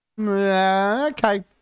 Okay